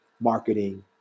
marketing